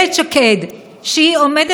שהיא עומדת בראש הבית היהודי,